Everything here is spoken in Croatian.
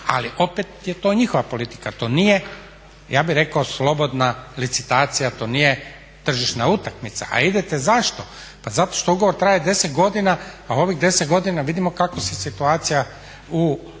Ali opet je to njihova politika, to nije, ja bih rekao slobodna licitacija, to nije tržišna utakmica. A idete zašto? Pa zato što ugovor traje 10 godina a u ovih 10 godina vidimo kako se situacija u